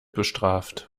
bestraft